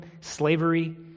slavery